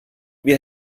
wir